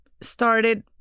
started